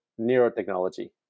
neurotechnology